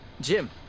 Jim